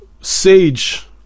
sage